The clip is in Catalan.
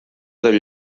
del